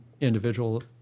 individual